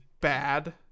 bad